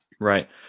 right